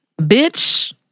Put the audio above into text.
Bitch